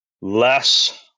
less